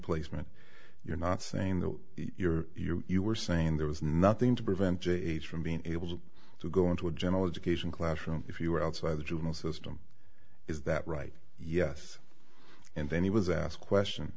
placement you're not saying that you were saying there was nothing to prevent j h from being able to go into a general education classroom if you were outside the juvenile system is that right yes and then he was asked question